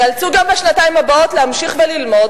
ייאלצו גם בשנתיים הבאות להמשיך וללמוד,